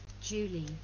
Julie